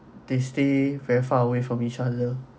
they stay very far away from each other